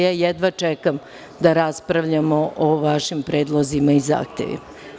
Ja jedva čekam da raspravljamo o vašim predlozima i zahtevima.